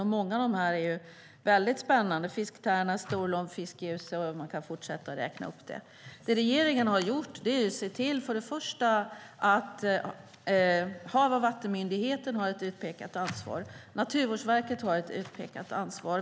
Många av dem är spännande - fisktärna, storlom, fiskgjuse, man kan fortsätta uppräkningen. Regeringen har sett till att Havs och vattenmyndigheten har ett utpekat ansvar. Naturvårdsverket har ett utpekat ansvar.